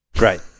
Right